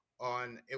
on